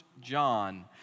John